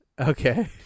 Okay